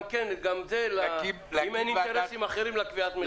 אם אין אינטרסים אחרים לקביעת המחיר.